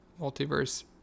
multiverse